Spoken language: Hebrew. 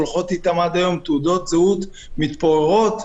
תעודות זהות מתפוררות,